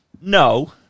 No